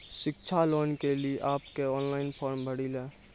शिक्षा लोन के लिए आप के ऑनलाइन फॉर्म भरी ले?